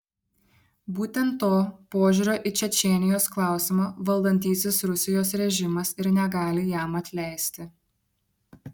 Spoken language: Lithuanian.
būtent to požiūrio į čečėnijos klausimą valdantysis rusijos režimas ir negali jam atleisti